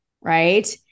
Right